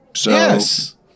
Yes